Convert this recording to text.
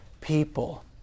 people